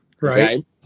Right